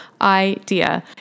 idea